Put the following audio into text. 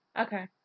Okay